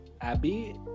Abby